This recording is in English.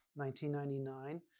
1999